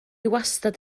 wastad